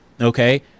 okay